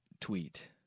tweet